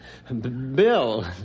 Bill